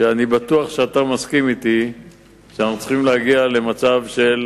שאני בטוח שאתה מסכים אתי שאנחנו צריכים להגיע למצב של